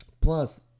Plus